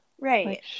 Right